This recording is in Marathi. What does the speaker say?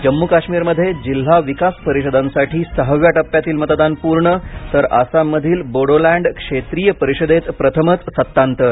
जम्मू काश्मीरमध्ये जिल्हा विकास परिषदांसाठी सहाव्या टप्प्यातील मतदान पूर्ण तर आसाममधील बोडोलॅंड क्षेत्रिय परिषदेत प्रथमच सत्तांतर